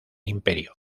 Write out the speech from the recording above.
imperio